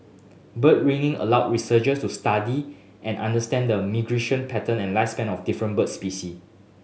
bird ringing allow researchers to study and understand the migration pattern and lifespan of different bird specie